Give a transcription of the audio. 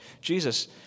Jesus